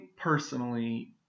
personally